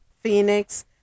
Phoenix